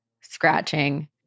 scratching